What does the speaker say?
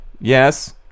Yes